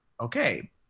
okay